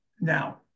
Now